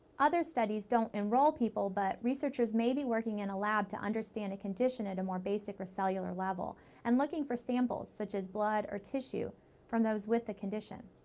other studies don't enroll people, but researchers may be working in a lab to understand a condition at a more basic or cellular level and looking for samples such as blood or tissue from those with the condition.